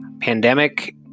pandemic